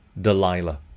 Delilah